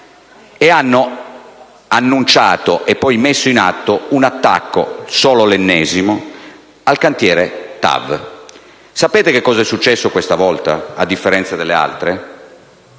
ed hanno annunciato e poi messo in atto un attacco, solo l'ennesimo, al cantiere TAV. Sapete cosa è successo questa volta, a differenza delle altre?